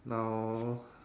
now